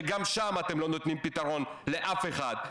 שגם שם אתם לא נותנים פתרון לאף אחד.